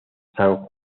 san